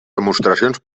demostracions